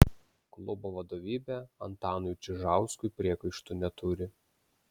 klubo vadovybė antanui čižauskui priekaištų neturi